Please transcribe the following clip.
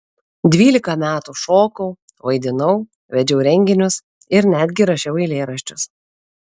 dvylika metų šokau vaidinau vedžiau renginius ir netgi rašiau eilėraščius